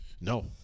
No